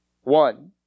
One